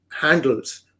handles